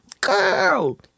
Girl